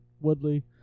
Woodley